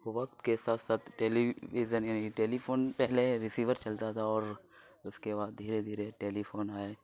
وقت کے ساتھ ساتھ ٹیلی ویژن یعنی ٹیلی فون پہلے ریسیور چلتا تھا اور اس کے بعد دھیرے دھیرے ٹیلی فون آئے